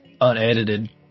unedited